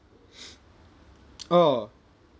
orh